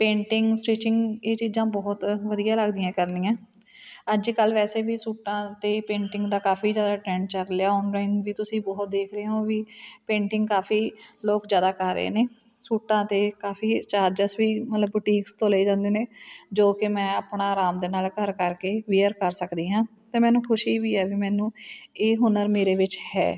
painting stitching ਇਹ ਚੀਜ਼ਾਂ ਬਹੁਤ ਵਧੀਆ ਲੱਗਦੀਆਂ ਕਰਨੀਆਂ ਅੱਜ ਕੱਲ੍ਹ ਵੈਸੇ ਵੀ ਸੂਟਾਂ 'ਤੇ ਪੇਂਟਿੰਗ ਦਾ ਕਾਫੀ ਜ਼ਿਆਦਾ ਟਰੈਂਡ ਚੱਲ ਰਿਹਾ ਔਨਲਾਈਨ ਵੀ ਤੁਸੀਂ ਬਹੁਤ ਦੇਖ ਰਹੇ ਹੋ ਵੀ ਪੇਂਟਿੰਗ ਕਾਫੀ ਲੋਕ ਜ਼ਿਆਦਾ ਕਰ ਰਹੇ ਨੇ ਸੂਟਾਂ 'ਤੇ ਕਾਫੀ ਚਾਰਜਸ ਵੀ ਮਤਲਬ ਬੁਟੀਕਸ ਤੋਂ ਲਏ ਜਾਂਦੇ ਨੇ ਜੋ ਕਿ ਮੈਂ ਆਪਣਾ ਆਰਾਮ ਦੇ ਨਾਲ ਘਰ ਕਰਕੇ ਵੇਅਰ ਕਰ ਸਕਦੀ ਹਾਂ ਅਤੇ ਮੈਨੂੰ ਖੁਸ਼ੀ ਵੀ ਹੈ ਵੀ ਮੈਨੂੰ ਇਹ ਹੁਨਰ ਮੇਰੇ ਵਿੱਚ ਹੈ